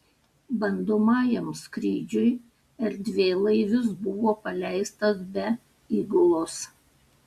bandomajam skrydžiui erdvėlaivis buvo paleistas be įgulos